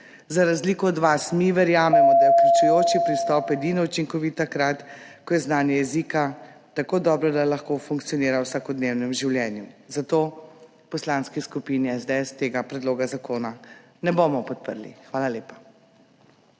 Za razliko od vas mi verjamemo, da je vključujoči pristop edino učinkovit takrat, ko je znanje jezika tako dobro, da lahko funkcionira v vsakodnevnem življenju. Zato v Poslanski skupini SDS tega predloga zakona ne bomo podprli. Hvala lepa.